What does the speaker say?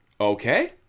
Okay